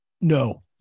No